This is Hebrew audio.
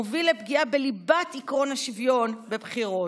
מוביל לפגיעה בליבת עקרון השוויון בבחירות"